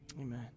Amen